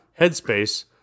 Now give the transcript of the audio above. Headspace